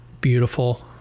beautiful